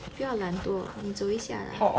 不要懒惰你走一下啦